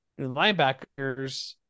linebackers